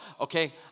okay